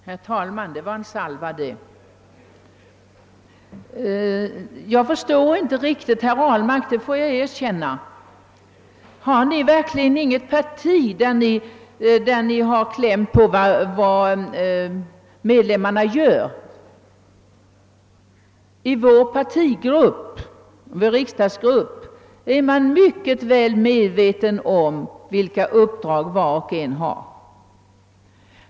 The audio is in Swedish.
Herr talman! Det var en salva det! Jag måste erkänna att jag inte riktigt förstår herr Ahlmark. Har ni i ert parti verkligen inte reda på vad medlemmarna gör? I vår riksdagsgrupp är man mycket väl medveten om vilka uppdrag var och en har.